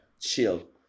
chill